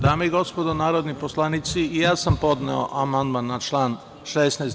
Dame i gospodo narodni poslanici, ja sam podneo amandman na član 16.